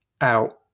out